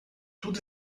tudo